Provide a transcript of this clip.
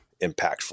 impactful